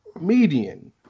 median